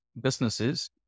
businesses